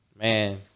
Man